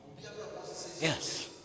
yes